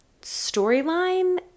storyline